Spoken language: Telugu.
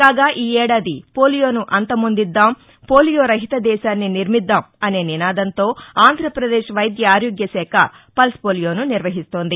కాగా ఈ ఏడాది పోలియోను అంతమొందిద్దాం పోలియో రహిత దేశాన్ని నిర్మిద్దాం అనే నినాదంతో ఆంధ్రాపదేశ్ వైద్య ఆరోగ్య శాఖ పల్స్పోలియోను నిర్వహిస్తోంది